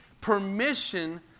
permission